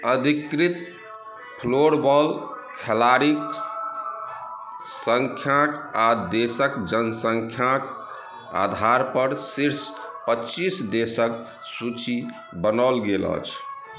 अधिकृत फ्लोरबॉल खेलाड़ीके सँख्या आओर देसक जनसँख्याक आधारपर शीर्ष पचीस देसके सूची बनाओल गेल अछि